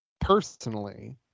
personally